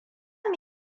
mu